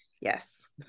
Yes